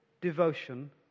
devotion